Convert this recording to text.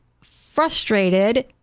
frustrated